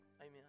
amen